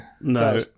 no